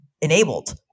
enabled